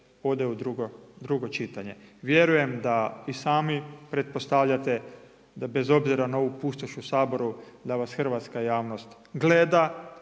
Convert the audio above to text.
ode u drugo čitanje. Vjerujem da i sami pretpostavljate da bez obzira na ovu pustoš u Saboru, da vas hrvatska javnost gleda,